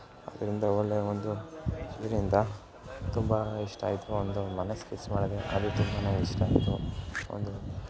ಅದರಿಂದ ಒಳ್ಳೆ ಒಂದು ತುಂಬ ಇಷ್ಟ ಆಯಿತು ಒಂದು ಮನಸು ಫಿಕ್ಸ್ ಮಾಡಿದೆ ಅದು ತುಂಬನೇ ಇಷ್ಟ ಆಯಿತು ಒಂದು